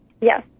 Yes